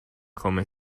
come